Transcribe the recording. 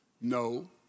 No